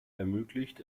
ermöglicht